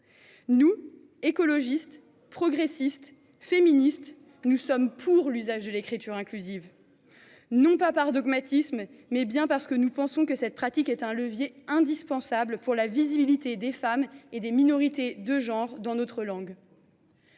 Nous, écologistes, progressistes, féministes, sommes favorables à l’usage de l’écriture inclusive, non pas par dogmatisme, mais parce que cette pratique est un levier indispensable pour la visibilité des femmes et des minorités de genre dans notre langue.